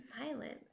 silence